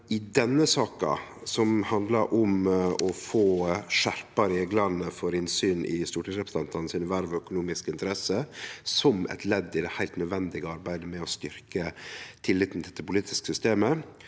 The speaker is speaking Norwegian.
I denne saka, som handlar om å skjerpa reglane for innsyn i stortingsrepresentantane sine verv og økonomiske interesser som eit ledd i det heilt nødvendige arbeidet med å styrkje tilliten til det politiske systemet,